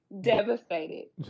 devastated